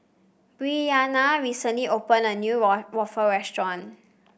Bryanna recently opened a new wool waffle restaurant